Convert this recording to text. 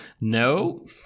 no